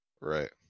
right